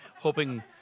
hoping